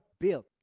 built